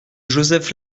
joseph